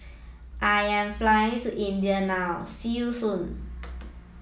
I am flying to India now see you soon